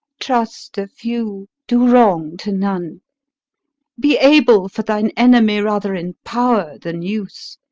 trust a few, do wrong to none be able for thine enemy rather in power than use,